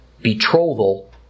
betrothal